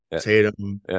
tatum